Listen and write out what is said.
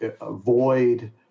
avoid